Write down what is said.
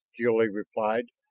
jil-lee replied.